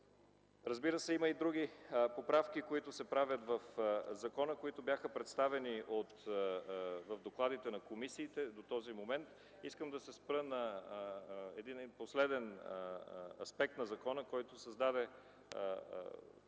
Разбира се, има и други поправки, които се правят в закона, които бяха представени в докладите на комисиите до този момент. Искам да се спра на един последен аспект в закона, който създаде